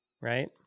right